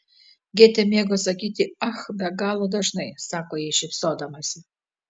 gėtė mėgo sakyti ach be galo dažnai sako ji šypsodamasi